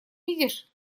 видишь